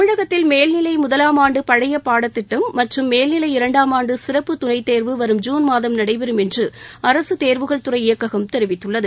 தமிழகத்தில் மேல்நிலை முதலாம் ஆண்டு பழைய பாடத்திட்டம் மற்றும் மேல்நிலை இரண்டாம் ஆண்டு சிறப்பு துணைத் தேர்வு வரும் ஜூன் மாதம் நடைபெறும் என்று அரசு தேர்வுகள் துறை இயக்ககம் தெரிவித்துள்ளது